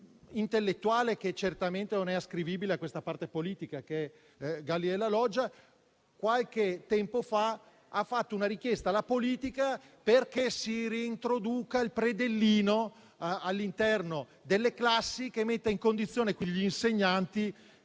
intellettuale che certamente non è ascrivibile a questa parte politica, ossia Galli della Loggia, qualche tempo fa ha fatto una richiesta alla politica perché si reintroduca il predellino all'interno delle classi per mettere in condizione gli insegnanti